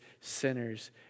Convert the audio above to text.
sinners